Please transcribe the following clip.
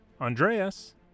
Andreas